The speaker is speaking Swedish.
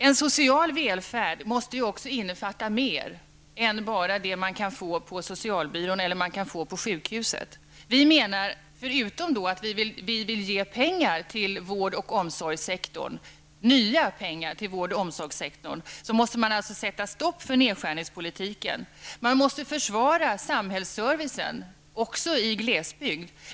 En social välfärd måste också innefatta mer än bara det man kan få på socialbyrån eller på sjukhuset. Förutom att vi vill ge nya pengar till vård och omsorgssektorn menar vi att man måste sätta stopp för nedskärningspolitiken. Man måste försvara samhällsservicen, också i glesbygd.